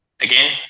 again